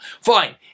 Fine